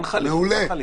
מעולה.